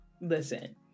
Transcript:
listen